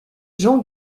jean